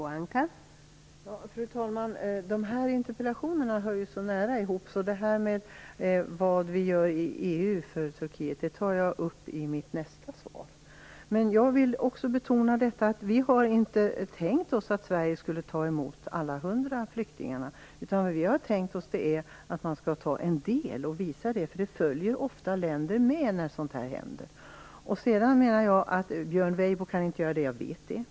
Fru talman! De här interpellationerna hör ju nära ihop. Vad Sverige gör i EU för Turkiet tar jag alltså upp i samband med nästa svar. Jag vill betona att vi inte tänkt oss att Sverige skulle ta emot alla de hundra flyktingarna. Vi har tänkt att Sverige skulle ta emot en del och visa det, för ofta följer länder med när sådant här händer. Jag vet att Björn Weibo inte kan göra det här.